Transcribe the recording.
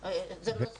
זה לא סותר.